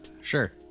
sure